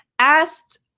asked.